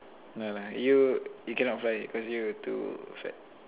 no lah you you cannot fly already because you're too fat